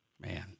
man